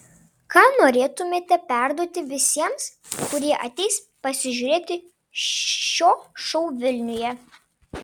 ką norėtumėte perduoti visiems kurie ateis pasižiūrėti šio šou vilniuje